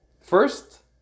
First